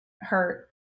hurt